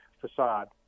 facade